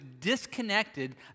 disconnected